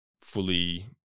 fully